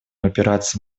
опираться